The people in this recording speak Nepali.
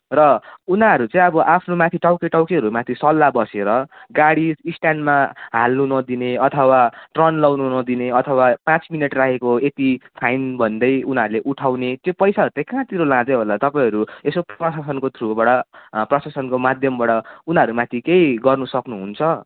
र उनीहरू चाहिँ अब आफ्नो माथि टाउके टाउकेहरू माथि सल्लाह बसेर गाडी स्ट्यान्डमा हाल्नु नदिने अथवा टर्न लगाउनु नदिने अथवा पाँच मिनट राखेको यति फाइन भन्दै उनीहरूले उठाउने त्यो पैसाहरू त्यही कहाँतिर लाँदै होला तपाईँहरू यसो प्रशासनको थ्रुबाट प्रशासनको माध्यमबाट उनीहरू माथि केही गर्नु सक्नु हुन्छ